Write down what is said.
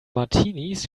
martinis